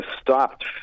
stopped